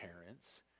parents